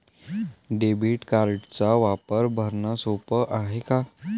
Debit कार्डचा वापर भरनं सोप हाय का?